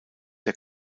der